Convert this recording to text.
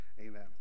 amen